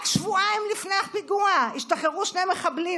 רק שבועיים לפני הפיגוע השתחררו שני מחבלים